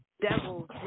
devils